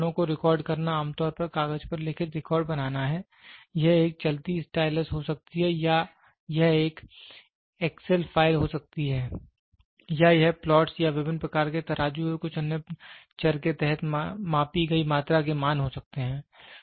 इन उपकरणों को रिकॉर्ड करना आमतौर पर कागज पर लिखित रिकॉर्ड बनाना हैं यह एक चलती स्टाइलस हो सकती है या यह एक एक्सेल फाइल हो सकती है या यह प्लॉट्स या विभिन्न प्रकार के तराजू और कुछ अन्य चर के तहत मापी गई मात्रा के मान हो सकते हैं